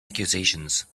accusations